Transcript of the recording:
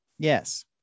Yes